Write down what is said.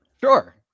sure